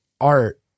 art